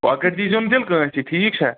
کۄکر دیٖزیٚو نہٕ تیٚلہِ کأنٛسی ٹھیٖک چھا